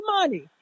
money